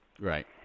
Right